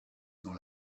dans